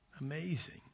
amazing